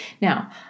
Now